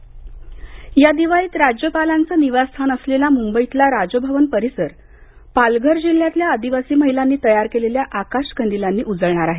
राजभवन या दिवाळीत राज्यपालांचं निवासस्थान असलेला मुंबईतला राजभवन परिसर पालघर जिल्ह्यातील आदिवासी महिलांनी तयार केलेल्या आकाश कंदिलांनी उजळणार आहे